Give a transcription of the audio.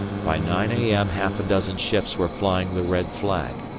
by nine a m. half a dozen ships were flying the red flag,